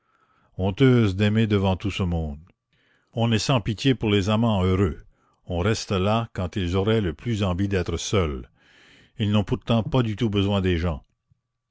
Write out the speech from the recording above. honteuse d'aimer devant tout ce monde on est sans pitié pour les amants heureux on reste là quand ils auraient le plus envie d'être seuls ils n'ont pourtant pas du tout besoin des gens